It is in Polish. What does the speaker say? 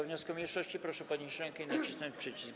wniosku mniejszości, proszę podnieść rękę i nacisnąć przycisk.